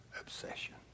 obsession